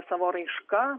savo raiška